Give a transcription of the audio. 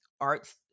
arts